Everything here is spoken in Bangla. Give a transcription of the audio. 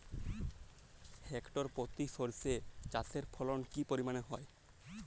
হেক্টর প্রতি সর্ষে চাষের ফলন কি পরিমাণ হয়?